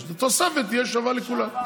אז התוספת תהיה שווה לכולם.